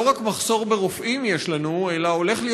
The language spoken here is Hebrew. לא רק מחסור ברופאים יש לנו אלא הולך להיות